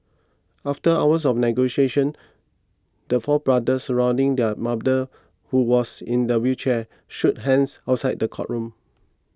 after hours of negotiations the four brothers surrounding their mother who was in a wheelchair shook hands outside the courtroom